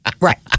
Right